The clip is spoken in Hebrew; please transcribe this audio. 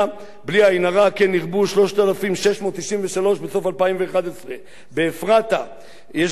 3,693 בסוף 2011. באפרתה,